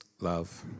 love